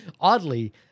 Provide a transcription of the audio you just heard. oddly